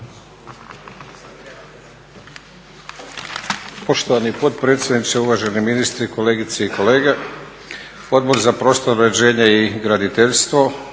Poštovani potpredsjedniče, uvaženi ministri, kolegice i kolege. Odbor za prostorno uređenje i graditeljstvo